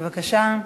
בבקשה.